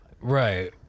right